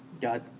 God